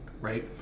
right